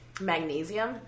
magnesium